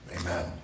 Amen